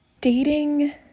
Dating